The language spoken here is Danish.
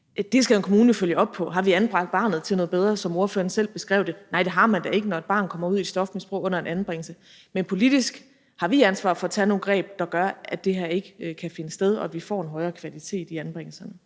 Det skal en kommune jo følge op på: Har vi anbragt barnet til noget bedre? Det var det, spørgeren selv beskrev. Nej, det har man da ikke, når et barn kommer ud i et stofmisbrug under en anbringelse. Men politisk har vi ansvar for at tage nogle greb, der gør, at det her ikke kan finde sted, og at vi får en højere kvalitet i anbringelserne.